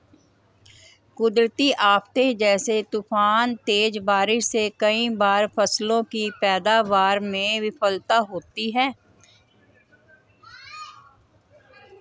कुदरती आफ़ते जैसे तूफान, तेज बारिश से कई बार फसलों की पैदावार में विफलता होती है